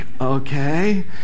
okay